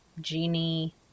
Genie